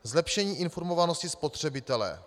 Zlepšení informovanosti spotřebitele.